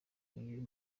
uyu